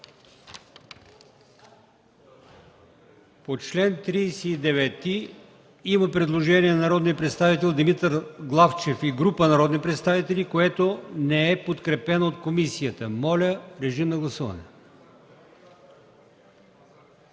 По чл. 39 има предложение на народния представител Димитър Главчев и група народни представители, което не е подкрепено от комисията. Моля, режим на гласуване.